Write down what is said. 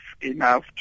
enough